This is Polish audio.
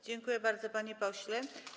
Dziękuję bardzo, panie pośle.